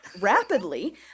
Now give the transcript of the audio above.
rapidly